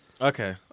Okay